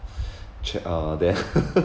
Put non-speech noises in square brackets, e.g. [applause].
chat uh then ah [laughs]